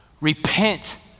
Repent